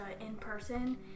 in-person